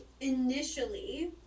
initially